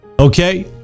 Okay